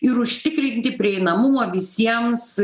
ir užtikrinti prieinamumą visiems